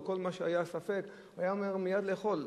מה שאמרה חברת הכנסת עינת